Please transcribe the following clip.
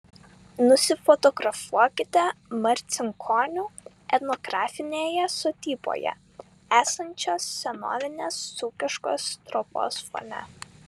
nusifotografuokite marcinkonių etnografinėje sodyboje esančios senovinės dzūkiškos trobos fone